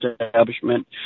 Establishment